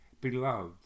Beloved